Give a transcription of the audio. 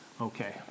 Okay